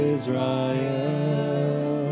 Israel